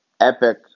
Epic